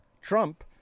Trump